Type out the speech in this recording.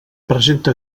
presenta